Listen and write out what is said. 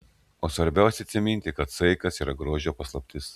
o svarbiausia atsiminti kad saikas yra grožio paslaptis